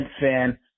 fan